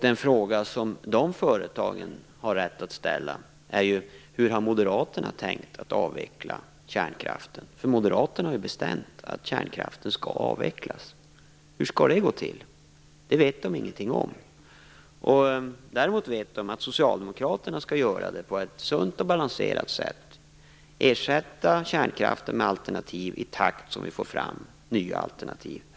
Den fråga som de företagen har rätt att ställa är: Moderaterna har ju bestämt att kärnkraften skall avvecklas. Hur skall det gå till? Det vet de ingenting om. Däremot vet de att socialdemokraterna skall göra det på ett sunt och balanserat sätt. Vi skall ersätta kärnkraften i takt med att vi får fram nya alternativ.